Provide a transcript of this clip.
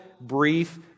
brief